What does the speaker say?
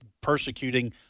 persecuting